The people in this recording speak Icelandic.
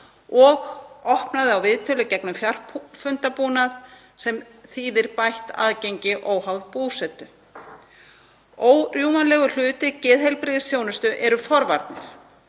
og opnaði á viðtöl í gegnum fjarfundabúnað sem þýðir bætt aðgengi óháð búsetu. Órjúfanlegur hluti geðheilbrigðisþjónustu eru forvarnir